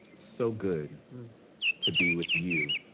so good to be with you,